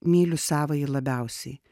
myliu savąjį labiausiai